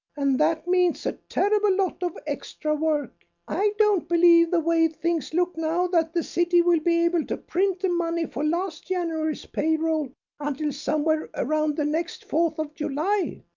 and that means a terrible lot of extra work. i don't believe the way things look now that the city will be able to print the money for last january's payroll until somewhere around the next fourth of july,